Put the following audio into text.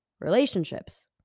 relationships